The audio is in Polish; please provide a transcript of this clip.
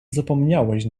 zapomniałeś